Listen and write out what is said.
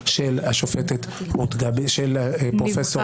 הגיע עכשיו שינוי, אבל איפה הפרשנות?